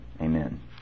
Amen